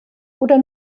oder